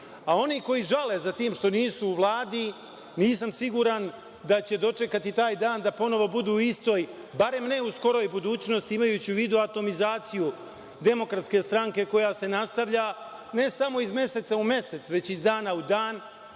A oni koji žale za tim što nisu u Vladi, nisam siguran da će dočekati taj dan da ponovo budu u istoj, barem ne u skoroj budućnosti, imajući u vidu atomizaciju DS koja se nastavlja ne samo iz meseca u mesec već iz dana u dan